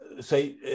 say